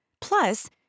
Plus